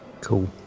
Cool